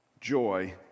joy